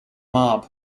mob